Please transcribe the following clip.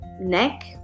neck